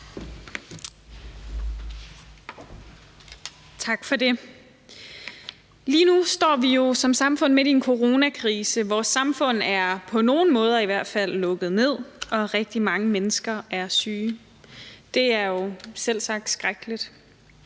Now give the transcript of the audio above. Tak for det. Lige nu står vi jo som samfund midt i en coronakrise. Vores samfund er – på nogle måder i hvert fald – lukket ned, og rigtig mange mennesker er syge. Det er jo selvsagt skrækkeligt.